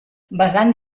basant